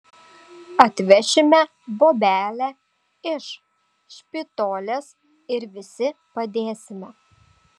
atvešime bobelę iš špitolės ir visi padėsime